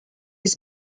this